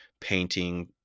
painting